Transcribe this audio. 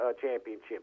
championship